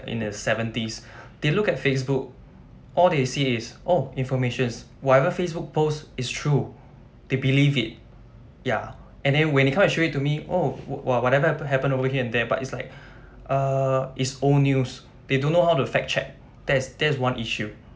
in the seventies they look at Facebook all they see is oh informations whatever facebook post is true they believe it ya and then when they come to show it to me oh wa~ what whatever hap~ happen over here and there but it's like uh it's old news they don't know how to fact check that's that is one issue